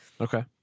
Okay